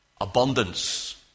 abundance